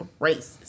racist